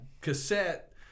Cassette